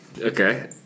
Okay